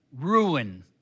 ruin